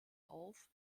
auf